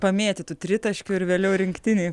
pamėtytu tritaškių ir vėliau rinktinėj